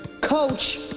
Coach